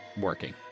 working